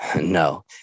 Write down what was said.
no